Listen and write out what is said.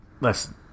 listen